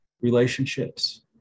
relationships